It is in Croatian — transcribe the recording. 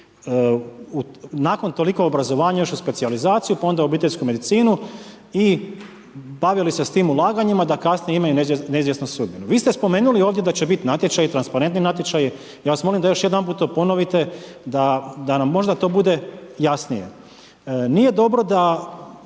nakon toliko obrazovanja išli u specijalizaciju, pa onda obiteljsku medicinu i bavili se s tim ulaganjima da kasnije imaju neizvjesnu sudbinu. Vi ste spomenuli ovdje da će biti natječaji, transparentni natječaji, ja vas molim da još jedanput to ponovite, da nam možda to bude jasnije. Nije dobro da